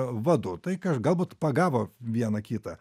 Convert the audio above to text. vadu tai ką galbūt pagavo vieną kitą